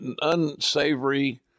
unsavory